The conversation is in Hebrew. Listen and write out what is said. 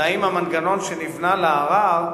האם המנגנון שנבנה לערר,